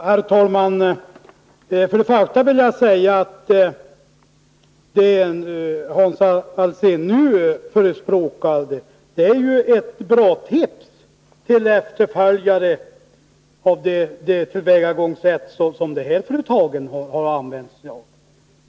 Herr talman! Först och främst vill jag säga att det som Hans Alsén nu förespråkat är ju ett bra tips till dem som vill följa efter när det gäller det tillvägagångssätt som de här företagen har tillämpat.